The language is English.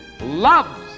loves